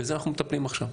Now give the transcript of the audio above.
בזה אנחנו מטפלים עכשיו,